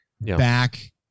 back